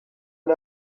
and